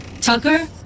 Tucker